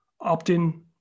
opt-in